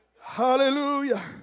Hallelujah